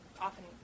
often